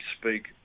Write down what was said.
speak